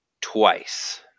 twice